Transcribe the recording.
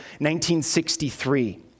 1963